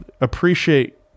appreciate